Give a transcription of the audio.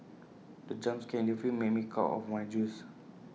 the jump scare in the film made me cough out my juice